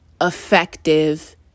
effective